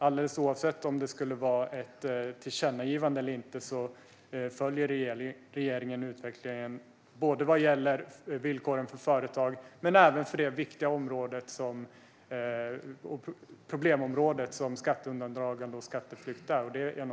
Alldeles oavsett om det finns ett tillkännagivande eller inte följer regeringen utvecklingen av villkoren för företagen och vad gäller det viktiga problemområde som skatteundandragande och skatteflykt är.